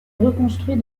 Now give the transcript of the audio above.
reconstruit